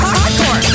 hardcore